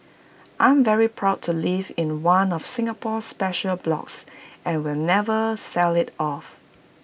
I'm very proud to live in one of Singapore's special blocks and will never sell IT off